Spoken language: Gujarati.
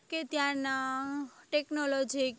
કે ત્યાંનાં ટેક્નોલોજીક